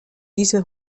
diese